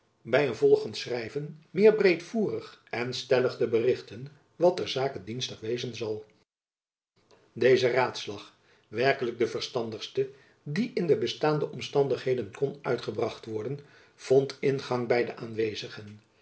by een volgend schrijven meer breedvoerig en stellig te berichten wat ter zake dienstig wezen zal deze raadslag werkelijk de verstandigste die in de bestaande omstandigheden kon uitgebracht worden vond ingang by de aanwezigen